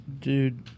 Dude